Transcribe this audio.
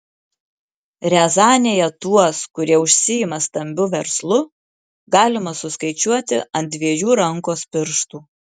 riazanėje tuos kurie užsiima stambiu verslu galima suskaičiuoti ant dviejų rankos pirštų